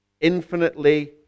infinitely